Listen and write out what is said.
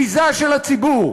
ביזה של הציבור,